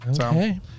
Okay